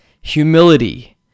humility